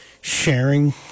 sharing